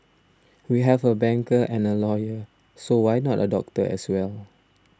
we have a banker and a lawyer so why not a doctor as well